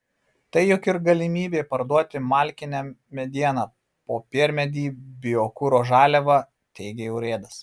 tai juk ir galimybė parduoti malkinę medieną popiermedį biokuro žaliavą teigė urėdas